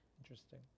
Interesting